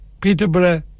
Peterborough